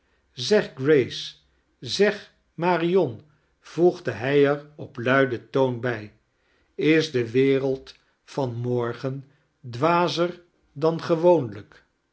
zeg grace zeg marion voegde hij er op luiden toon bij is de wereld van morgen dwazer dan gewoonlijk